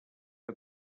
que